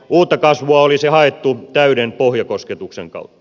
uutta kasvua olisi haettu täyden pohjakosketuksen kautta